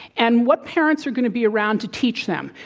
and what parents are going to be around to teach them?